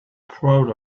proud